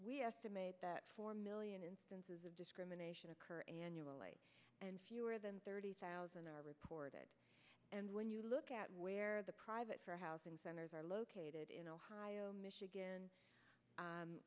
we estimate that four million instances of discrimination occur annually and fewer than thirty thousand are reported and when you look at where the private for housing centers are located in ohio michigan